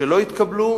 שלא התקבלו